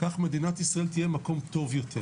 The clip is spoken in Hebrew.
כך מדינת ישראל תהיה מקום טוב יותר,